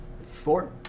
Four